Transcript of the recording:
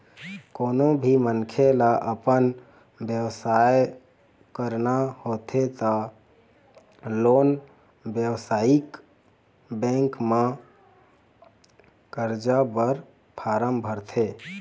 कोनो भी मनखे ल अपन बेवसाय करना होथे त ओला बेवसायिक बेंक म करजा बर फारम भरथे